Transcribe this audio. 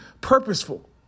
purposeful